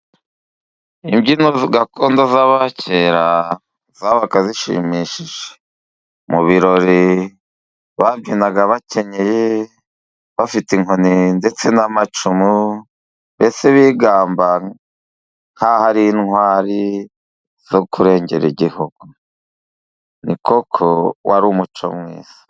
Imbyino gakondo z'abakera zabaga zishimishije mu birori, babyinaga bakenyeye, bafite inkoni ndetse n'amacumu, mbese bigamba nk'aho ari intwari zo kurengera igihugu, ni koko wari umuco mwiza.